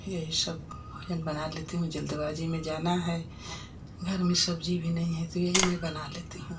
यही सब भोजन बना लेती हूँ जल्दबाजी में जाना है घर में सब्जी भी नहीं है तो यही मैं बना लेती हूँ